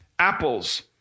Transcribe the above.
Apples